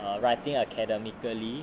the writing academically